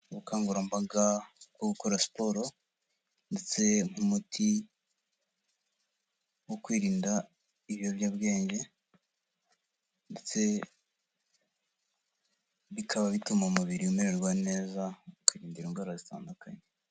Ubukangurambaga bwo gukora siporo ndetse nk'umuti wo kwirinda ibiyobyabwenge ndetse bikaba bituma umubiri umererwa neza, ukirinda indwara zitandukanye.